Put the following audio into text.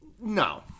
No